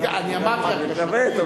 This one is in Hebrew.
לא יודע.